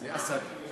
אסד.